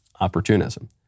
opportunism